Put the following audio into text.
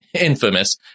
infamous